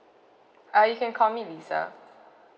uh you can call me lisa